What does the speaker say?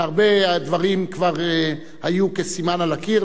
שהרבה דברים כבר היו כסימן על הקיר,